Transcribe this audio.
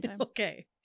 Okay